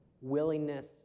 willingness